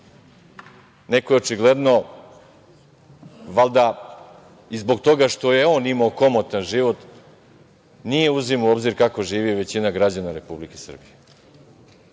Neko je očigledno, valjda zbog toga što je on imao komotan život, nije uzimao u obzir kako živi većina građana Republike Srbije?